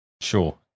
sure